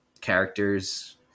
characters